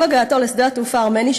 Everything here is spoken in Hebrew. עם הגעתו לשדה התעופה הארמני,